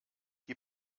die